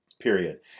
Period